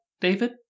david